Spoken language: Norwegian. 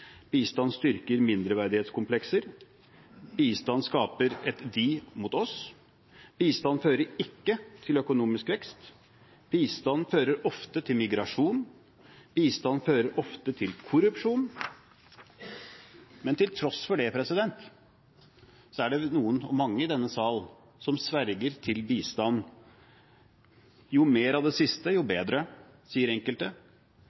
Bistand skaper passivitet. Bistand styrker mindreverdighetskomplekser. Bistand skaper et «de mot oss». Bistand fører ikke til økonomisk vekst. Bistand fører ofte til migrasjon. Bistand fører ofte til korrupsjon. Men til tross for dette er det mange i denne sal som sverger til bistand. Jo mer av det siste, jo bedre, sier enkelte.